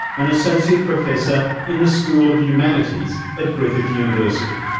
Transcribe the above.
an associate professor in the school of humanities at griffith university.